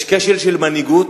יש כשל של מנהיגות.